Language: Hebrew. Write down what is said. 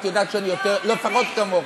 את יודעת שאני לפחות כמוכם,